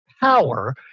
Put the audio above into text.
power